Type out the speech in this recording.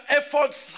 efforts